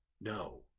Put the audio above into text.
No